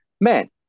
Man